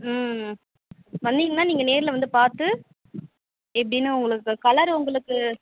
ம் வந்திங்கனா நீங்கள் நேரில் வந்து பார்த்து எப்படின்னு உங்களுக்கு கலர் உங்களுக்கு